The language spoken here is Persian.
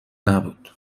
نبود